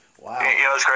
Wow